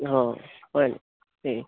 অঁ হয় ঠিক